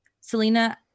Selena